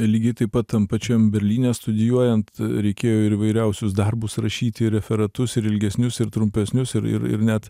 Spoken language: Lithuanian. lygiai taip pat tam pačiam berlyne studijuojant reikėjo ir įvairiausius darbus rašyti ir referatus ir ilgesnius ir trumpesnius ir ir ir net